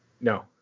No